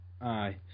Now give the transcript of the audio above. Aye